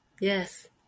yes